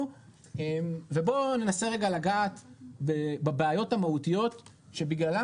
ובואו ננסה רגע לגעת בבעיות המהותיות שבגללן